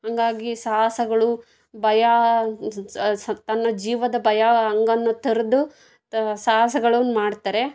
ಹಾಗಾಗಿ ಸಾಹಸಗಳು ಭಯ ತನ್ನ ಜೀವದ ಭಯ ಹಂಗನ್ನು ತೊರೆದು ತಾ ಸಾಹಸಗಳನ್ನು ಮಾಡ್ತಾರೆ